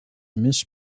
mis